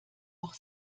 auch